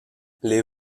les